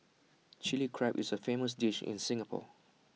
Chilli Crab is A famous dish in Singapore